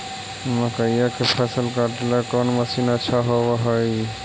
मकइया के फसल काटेला कौन मशीन अच्छा होव हई?